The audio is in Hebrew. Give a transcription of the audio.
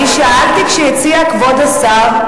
אני שאלתי, כשהציע כבוד השר,